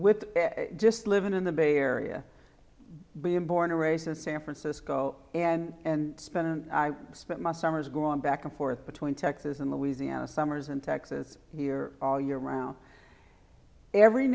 with just living in the bay area being born a racist san francisco and spent i spent my summers growing back and forth between texas and louisiana summers and texas here all year round every